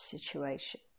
situation